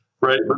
right